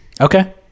Okay